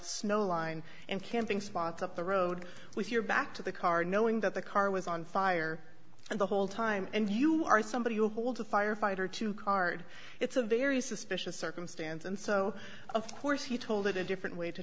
snow line and camping spots up the road with your back to the car knowing that the car was on fire and the whole time and you are somebody who holds a firefighter to card it's a very suspicious circumstance and so of course he told it a different way to